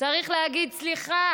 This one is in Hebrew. צריך להגיד סליחה.